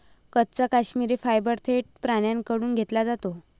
कच्चा काश्मिरी फायबर थेट प्राण्यांकडून घेतला जातो